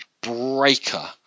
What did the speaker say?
breaker